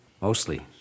mostly